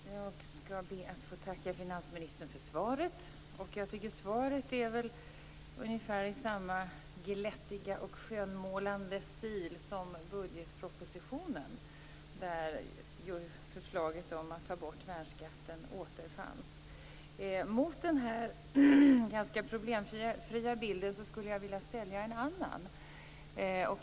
Herr talman! Jag skall be att få tacka finansministern för svaret. Jag tycker att svaret är ungefär i samma glättiga och skönmålande stil som budgetpropositionen, där förslaget om att ta bort värnskatten återfanns. Mot den här ganska problemfria bilden skulle jag vilja ställa en annan.